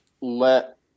let